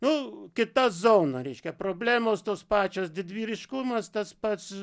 nu kita zona reiškia problemos tos pačios didvyriškumas tas pats